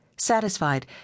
Satisfied